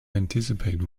anticipate